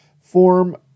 form